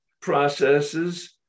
processes